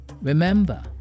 Remember